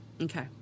Okay